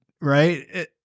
right